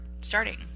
starting